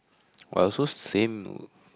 while I also same